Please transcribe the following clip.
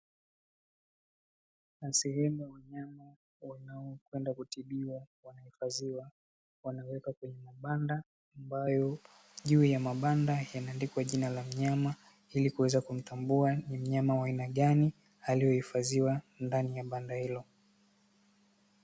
Sehemu ya wanyama wanaokwenda kutibiwa wanahifadhiwa, wanawekwa kwenye mabanda ambayo juu ya mabanda, yanaandikwa jina la mnyama ili kuweza kumtambua ni mnyama wa aina gani aliyohifadhiwa katika banda hilo.